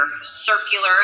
circular